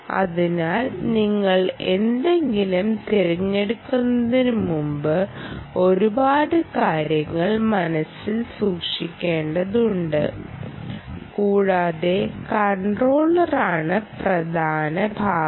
അതിനാൽ നിങ്ങൾ എന്തെങ്കിലും തിരഞ്ഞെടുക്കുന്നതിന് മുമ്പ് ഒരുപാട് കാര്യങ്ങൾ മനസ്സിൽ സൂക്ഷിക്കേണ്ടതുണ്ട് കൂടാതെ കൺട്രോളറാണ് പ്രധാന ഭാഗം